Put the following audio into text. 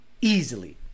easily